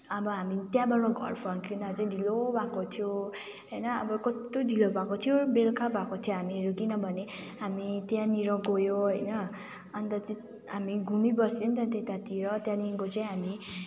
अब हामी त्यहाँबाट घर फर्किँदा चाहिँ ढिलो भएको थियो होइन अब कस्तो ढिलो भएको थियो बेलुका भएको थियो हामीहरू किनभने हामी त्यहाँनिर गयो होइन अन्त चाहिँ हामी घुमिबस्यो नि त त्यतातिर त्यहाँदेखिको चाहिँ हामी